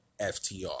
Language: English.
FTR